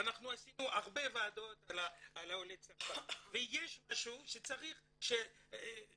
אנחנו עשינו הרבה ועדות על עולי צרפת ויש משהו שצריך להבין,